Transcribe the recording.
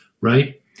right